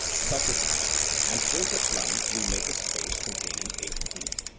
socrates and four such lines will make a space containing eight feet?